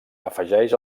afegeix